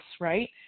right